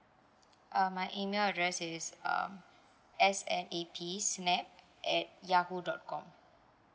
uh my email address is um S_N_A_P snap at yahoo dot com